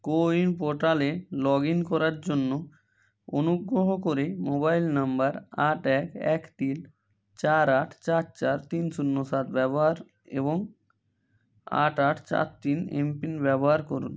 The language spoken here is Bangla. কোউইন পোর্টালে লগ ইন করার জন্য অনুগ্রহ করে মোবাইল নাম্বার আট এক এক তিন চার আট চার চার তিন শূন্য সাত ব্যবহার এবং আট আট চার তিন এমপিন ব্যবহার করুন